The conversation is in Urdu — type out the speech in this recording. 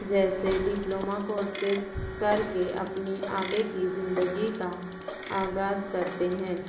جیسے ڈپلوما کورسز کر کے اپنی آگے کی زندگی کا آغاز کرتے ہیں